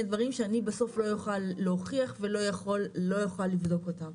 דברים שאני בסוף לא אוכל להוכיח ולא אוכל לבדוק אותם,